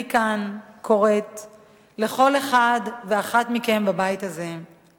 אני כאן קוראת לכל אחד ואחת מכם בבית הזה,